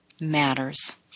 matters